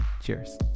Cheers